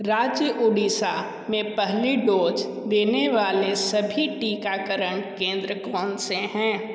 राज्य ओडिशा में पहली डोज़ देने वाले सभी टीकाकरण केंद्र कौन से हैं